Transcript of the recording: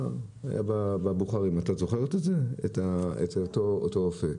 הוא היה בבוכרים את זוכרת את זה, את אותו אופה?